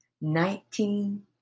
nineteen